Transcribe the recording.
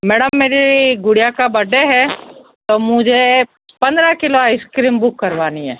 madam मेरी गुड़िया का बर्थडे हैं तो मुझे पंद्रह किलो आइसक्रीम बुक करवानी हैं